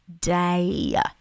day